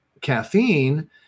caffeine